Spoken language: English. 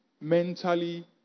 mentally